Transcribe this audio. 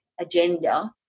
agenda